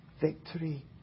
victory